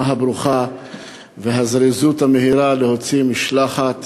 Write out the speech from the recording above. הברוכה והזריזות להוציא במהירות משלחת